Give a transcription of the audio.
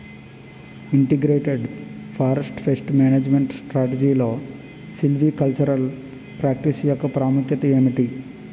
Integrated forest pest management స్ట్రాటజీలో silvicultural practice యెక్క ప్రాముఖ్యత ఏమిటి??